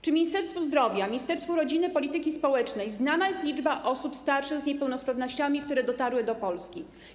Czy Ministerstwu Zdrowia, Ministerstwu Rodziny i Polityki Społecznej znana jest liczba osób starszych z niepełnosprawnościami, które dotarły do Polski?